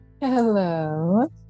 Hello